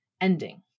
ending